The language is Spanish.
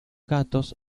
gatos